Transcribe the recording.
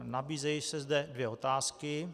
Nabízejí se zde dvě otázky.